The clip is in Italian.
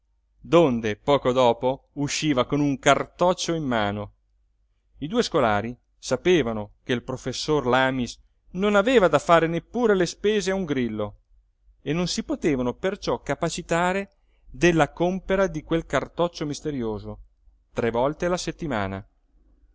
donde poco dopo usciva con un cartoccio in mano i due scolari sapevano che il professor lamis non aveva da fare neppur le spese a un grillo e non si potevano perciò capacitare della compera di quel cartoccio misterioso tre volte la settimana